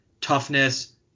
toughness